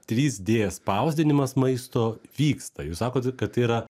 trys dė spausdinimas maisto vyksta jūs sakot kad tai yra